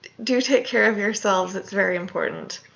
do take care of yourselves. it's very important.